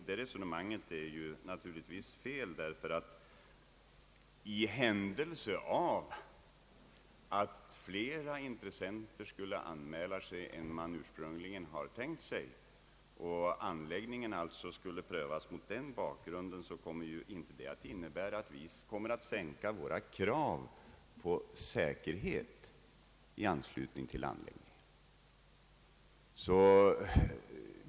Det resonemanget är naturligtvis fel, ty i händelse av att fler intressenter anmäler sig än vad man ursprungligen tänkt, får anläggningen prövas mot den bakgrunden. Det kommer inte att innebära att vi sänker våra krav på säkerhet i anslutning till anläggningen.